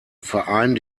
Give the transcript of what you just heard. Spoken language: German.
verein